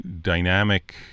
dynamic